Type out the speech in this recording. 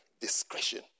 discretion